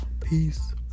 Peace